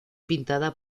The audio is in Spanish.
pintada